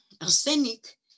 arsenic